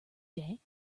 day